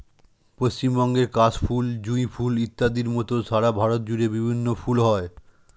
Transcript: পশ্চিমবঙ্গের কাশ ফুল, জুঁই ফুল ইত্যাদির মত সারা ভারত জুড়ে বিভিন্ন ফুল হয়